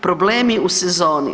Problemi u sezoni.